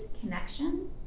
connection